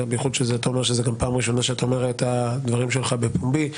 בייחוד שאתה אומר שזאת גם פעם ראשונה שאתה אומר את הדברים שלך בפומבי,